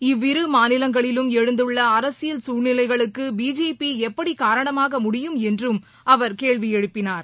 இவ்விரு மாநிலங்களிலும் எழுந்துள்ள அரசியல் குழ்நிலைகளுக்கு பிஜேபி எப்படி காரணமாக முடியும் என்றும் அவர் கேள்வி எழுப்பினார்